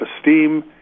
esteem